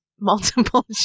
multiple